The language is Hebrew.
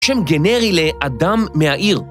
שם גנרי לאדם מהעיר.